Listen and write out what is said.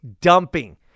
dumping